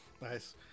Nice